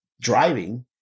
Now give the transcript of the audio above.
driving